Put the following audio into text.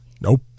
Nope